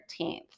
13th